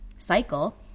cycle